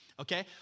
Okay